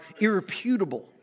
irreputable